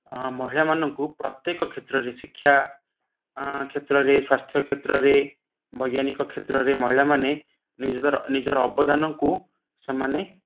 ମହିଳାମାନଙ୍କୁ ପ୍ରତ୍ୟେକ କ୍ଷେତ୍ରରେ ଶିକ୍ଷା କ୍ଷେତ୍ରରେ ସ୍ୱାସ୍ଥ୍ୟ କ୍ଷେତ୍ରରେ ବୈଜ୍ଞାନିକ କ୍ଷେତ୍ରରେ ମହିଳାମାନେ ନିଜ ନିଜର ଅବଦାନକୁ ସେମାନେ